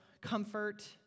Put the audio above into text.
comfort